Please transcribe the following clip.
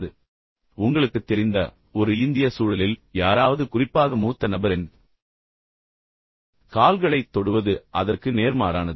இப்போது உங்களுக்குத் தெரிந்த ஒரு இந்திய சூழலில் யாராவது குறிப்பாக மூத்த நபரின் கால்களைத் தொடுவது அதற்கு நேர்மாறானது